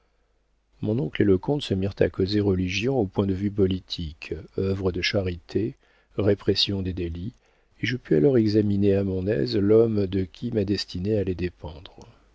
mon oncle et le comte se mirent à causer religion au point de vue politique œuvres de charité répression des délits et je pus alors examiner à mon aise l'homme de qui ma destinée allait dépendre